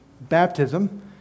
baptism